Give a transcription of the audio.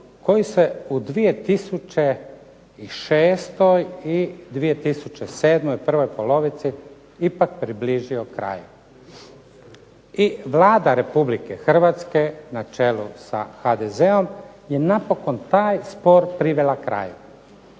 koji se u 2006. i 2007., prvoj polovici, ipak približio kraju. I Vlada Republike Hrvatske na čelu sa HDZ-om je napokon taj spor privela kraju